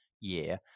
year